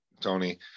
Tony